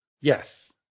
Yes